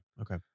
Okay